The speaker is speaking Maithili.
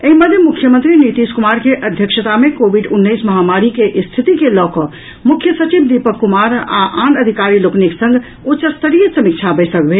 एहि मध्य मुख्यमंत्री नीतीश कुमार के अध्यक्षता मे कोविड उन्नैस महामारी के स्थिति के लऽक मुख्य सचिव दीपक कुमार आ आन अधिकारी लोकनिक संग उच्चस्तरीय समीक्षा बैसक भेल